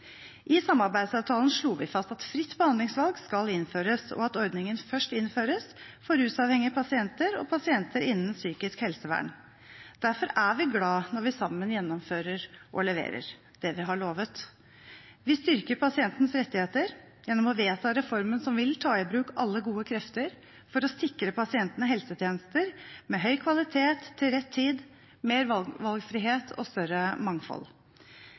I samarbeidsavtalen slo vi fast at fritt behandlingsvalg skal innføres, og at ordningen først innføres for rusavhengige pasienter og pasienter innen psykisk helsevern. Derfor er vi glade når vi sammen gjennomfører og leverer det vi har lovet. Vi styrker pasientenes rettigheter gjennom å vedta reformen som vil gjøre at alle gode krefter tas i bruk for å sikre pasientene helsetjenester av høy kvalitet til rett tid, mer valgfrihet og større mangfold.